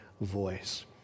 voice